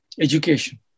Education